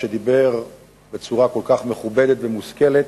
שדיבר בצורה כל כך מכובדת ומושכלת,